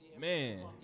Man